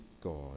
God